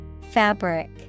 Fabric